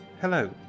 Hello